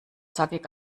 zackig